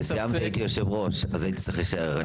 הייתי יושב-ראש, אז הייתי צריך להישאר ער.